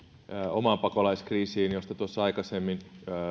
omaan pakolaiskriisiin josta tuossa aikaisemmin